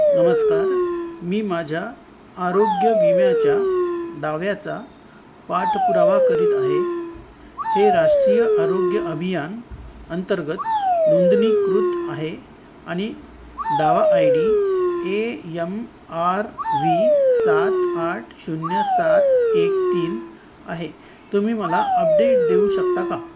नमस्कार मी माझ्या आरोग्य विम्याच्या दाव्याचा पाठपुरावा करीत आहे हे राष्ट्रीय आरोग्य अभियान अंतर्गत नोंदणीकृत आहे आणि दावा I D A M R V सात आठ शून्य सात एक तीन आहे तुम्ही मला अपडेट देऊ शकता का